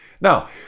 Now